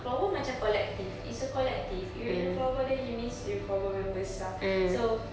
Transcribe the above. floorball macam collective it's a collective you're in the floorball then you means you're floorball members ah so